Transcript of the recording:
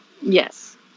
Yes